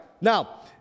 Now